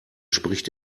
spricht